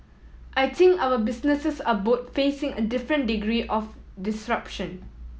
I think our businesses are both facing a different degree of disruption